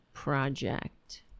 project